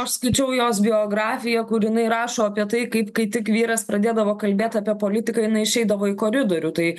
aš skaičiau jos biografiją kur jinai rašo apie tai kaip kai tik vyras pradėdavo kalbėt apie politiką jinai išeidavo į koridorių tai